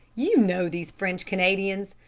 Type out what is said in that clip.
you know these french canadians.